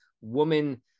woman